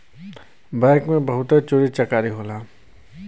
bank में बहुते चोरी चकारी होला